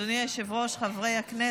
(שינוי דרישת הנזק